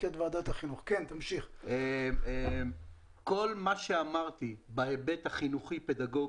כל מה שאמרתי בהיבט חינוכי פדגוגי,